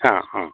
ಹಾಂ ಹಾಂ